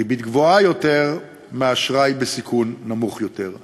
גבוהה יותר מאשר על אשראי בסיכון נמוך יותר.